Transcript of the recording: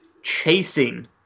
chasing